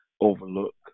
overlook